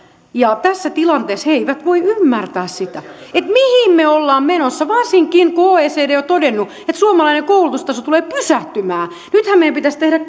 ja tässä tilanteessa he eivät voi ymmärtää sitä mihin me olemme menossa varsinkin kun oecd on todennut että suomalainen koulutustaso tulee pysähtymään nythän meidän pitäisi tehdä